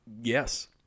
Yes